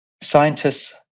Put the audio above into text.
scientists